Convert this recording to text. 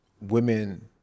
women